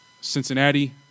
Cincinnati